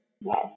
Yes